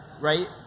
right